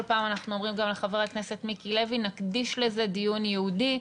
פעם אנחנו אומרים גם לחבר הכנסת מיקי לוי שנקדיש לזה דיון ייעודי,